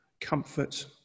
comfort